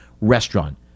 restaurant